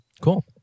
Cool